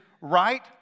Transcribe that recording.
right